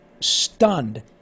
stunned